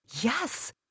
Yes